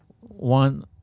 One